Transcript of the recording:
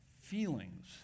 feelings